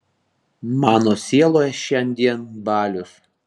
mano sieloje šiandien balius